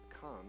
Come